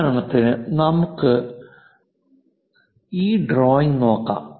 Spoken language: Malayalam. ഉദാഹരണത്തിന് നമുക്ക് ഈ ഡ്രോയിംഗ് നോക്കാം